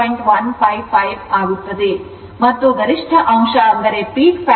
155 ಆಗುತ್ತದೆ ಮತ್ತು ಗರಿಷ್ಠ ಅಂಶ 1